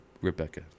Rebecca